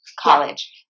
college